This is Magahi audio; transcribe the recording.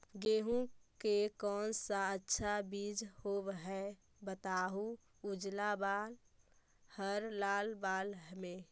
गेहूं के कौन सा अच्छा बीज होव है बताहू, उजला बाल हरलाल बाल में?